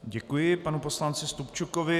Děkuji panu poslanci Stupčukovi.